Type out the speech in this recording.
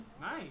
Nice